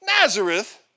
Nazareth